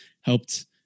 helped